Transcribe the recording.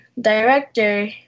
director